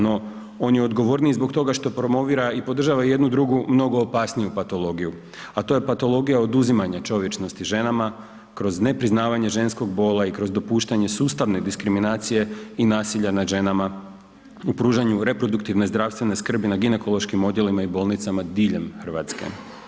No, on je odgovorniji zbog toga što promovira i podržava jednu drugu mnogu opasniju patologiju, a to je patologija oduzimanja čovječnosti ženama kroz nepriznavanje ženskog bola i kroz dopuštanje sustavne diskriminacije i nasilja nad ženama u pružanju reproduktivne zdravstvene skrbi na ginekološkim odjelima i bolnicama diljem Hrvatske.